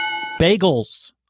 Bagels